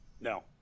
No